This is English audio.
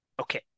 Okay